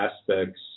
aspects